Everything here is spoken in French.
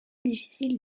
difficile